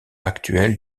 actuel